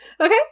Okay